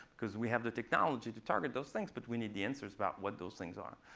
because we have the technology to target those things. but we need the answers about what those things are.